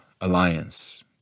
Alliance